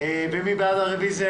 מי בעד הרביזיה?